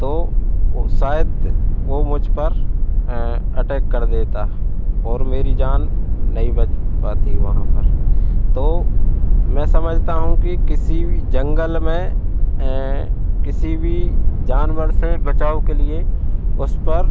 तो वह शायद वह मुझ पर अटैक कर देता और मेरी जान नहीं बच पाती वहाँ पर तो मैं समझता हूँ कि किसी भी जंगल में किसी भी जानवर से बचाव के लिए उस पर